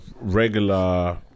regular